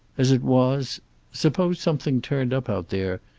as it was suppose something turned up out there,